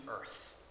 earth